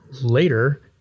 later